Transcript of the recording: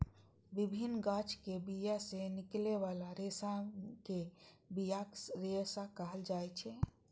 विभिन्न गाछक बिया सं निकलै बला रेशा कें बियाक रेशा कहल जाइ छै